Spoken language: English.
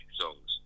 songs